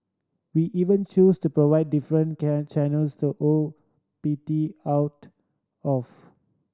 we even choose to provide different can channels to O P T out of